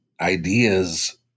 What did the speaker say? ideas